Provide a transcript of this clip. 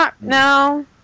no